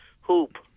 hoop